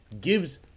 gives